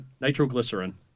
Nitroglycerin